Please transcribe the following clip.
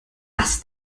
das